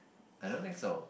I don't think so